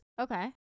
Okay